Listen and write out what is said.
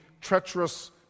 treacherous